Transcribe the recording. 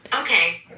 Okay